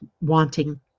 wanting